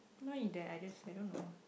no it d~ I just I don't know